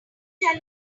tell